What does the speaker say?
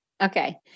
Okay